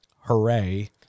Hooray